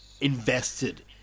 invested